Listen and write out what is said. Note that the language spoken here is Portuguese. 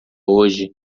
hoje